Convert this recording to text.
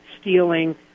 stealing